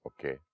Okay